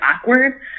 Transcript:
awkward